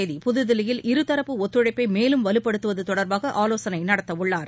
தேதி புதுதில்லியில் இருதரப்பு ஒத்துழைப்ப மேலும் வலுப்படுத்துவது தொடர்பாக ஆலோசனை நடத்தவுள்ளார்